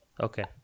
Okay